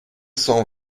cent